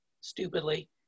stupidly